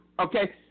okay